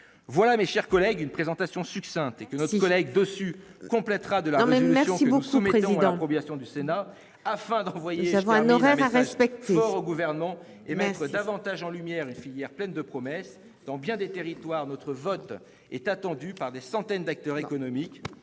voilà, mes chers collègues, une présentation succincte et que notre collègue dessus complétera de l'armée américaine, si pour d'approbation du Sénat afin d'envoyer ça va mais respecte au gouvernement et mettre davantage en lumière et filières pleine de promesses dans bien des territoires notre vote est attendu par des centaines d'acteurs économiques